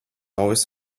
always